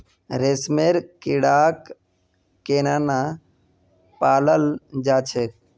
रेशमेर कीड़ाक केनना पलाल जा छेक